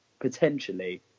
Potentially